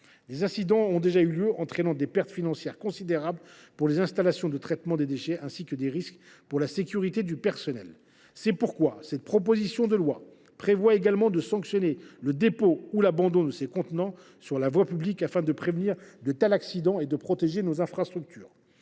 Des incidents de ce type ont déjà eu lieu, entraînant des pertes financières considérables pour les installations de traitement des déchets, ainsi que des risques pour la sécurité du personnel. C’est pourquoi cette proposition de loi prévoit également de sanctionner le dépôt ou l’abandon de ces contenants sur la voie publique, afin de prévenir de tels accidents et de protéger nos infrastructures.